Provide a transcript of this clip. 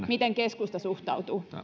miten keskusta suhtautuu